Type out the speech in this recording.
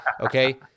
okay